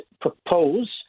propose